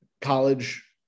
college